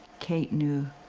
kate knew